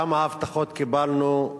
כמה הבטחות קיבלנו,